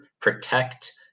protect